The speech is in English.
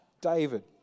david